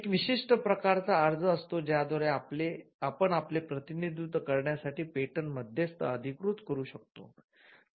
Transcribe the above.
एक विशिष्ट प्रकारचा अर्ज असतो ज्याद्वारे आपण आपले प्रतिनिधित्व करण्यासाठी पेटंट मध्यस्थ अधिकृत करू शकतो